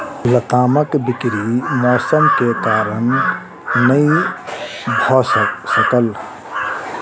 लतामक बिक्री मौसम के कारण नै भअ सकल